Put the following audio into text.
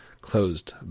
closed